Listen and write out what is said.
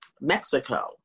Mexico